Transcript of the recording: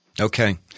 Okay